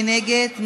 מי נגד?